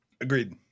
Agreed